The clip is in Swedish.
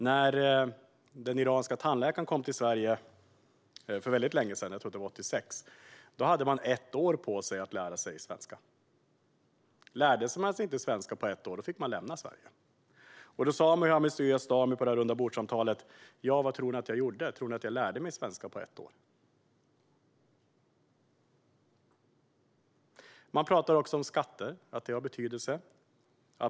När den iranske tandläkaren kom till Sverige för länge sedan - jag tror att det var 1986 - hade man ett år på sig att lära sig svenska. Lärde man sig inte svenska på ett år fick man lämna Sverige. Vid rundabordssamtalet sa Mohammad Yazdani just: "Vad tror ni att jag gjorde? Tror ni att jag lärde mig svenska på ett år?" Man pratar också om att skatter har betydelse.